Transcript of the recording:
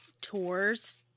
tours